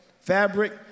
fabric